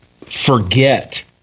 forget